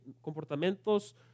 comportamientos